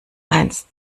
eins